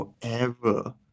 forever